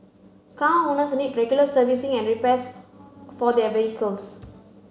car owners need regular servicing and repairs for their vehicles